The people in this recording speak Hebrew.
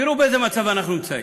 תראו באיזה מצב אנחנו נמצאים: